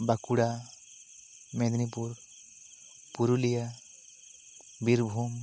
Bankura Medinipur Purulia Birbhum